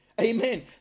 Amen